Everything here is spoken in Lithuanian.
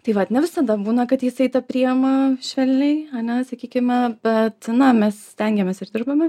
tai vat ne visada būna kad jisai tą priema švelniai ane sakykime bet na mes stengiamės ir dirbame